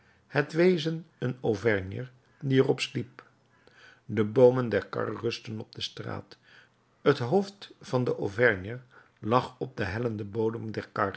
het wezen een auvergner die er op sliep de boomen der kar rustten op de straat het hoofd van den auvergner lag op den hellenden bodem